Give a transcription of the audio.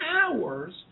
hours